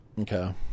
Okay